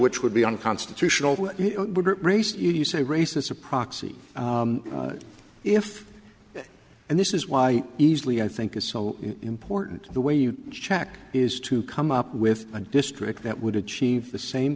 which would be unconstitutional you say race is a proxy if and this is why easily i think it's so important the way you check is to come up with a district that would achieve the same